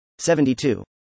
72